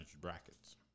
brackets